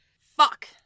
Fuck